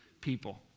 people